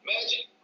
Magic